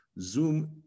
Zoom